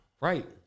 Right